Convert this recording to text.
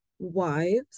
wives